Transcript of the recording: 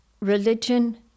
religion